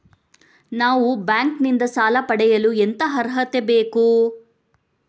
ನಾವು ಬ್ಯಾಂಕ್ ನಿಂದ ಸಾಲ ಪಡೆಯಲು ಎಂತ ಅರ್ಹತೆ ಬೇಕು?